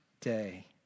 day